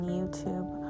YouTube